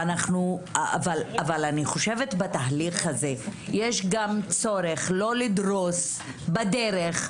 אבל בתהליך הזה יש גם צורך שלא לדרוס אנשים בדרך,